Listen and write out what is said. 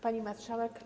Pani Marszałek!